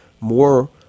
more